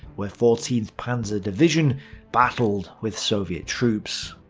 where fourteenth panzer division battled with soviet troops.